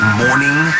morning